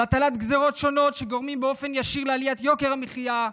על הטלת גזרות שונות שגורמות באופן ישיר לעליית יוקר המחיה,